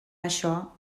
això